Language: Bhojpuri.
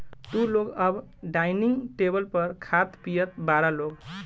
तू लोग अब डाइनिंग टेबल पर खात पियत बारा लोग